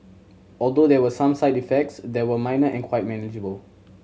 although there were some side effects they were minor and quite manageable